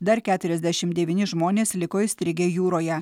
dar keturiasdešim devyni žmonės liko įstrigę jūroje